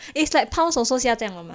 it's like pounds also 下降